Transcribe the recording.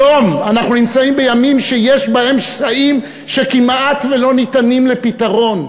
היום אנחנו נמצאים בימים שיש בהם שסעים שכמעט לא ניתנים לפתרון.